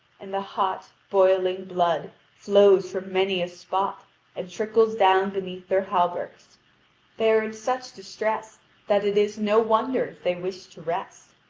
and the hot, boiling blood flows from many a spot and trickles down beneath their hauberks they are in such distress that it is no wonder if they wish to rest.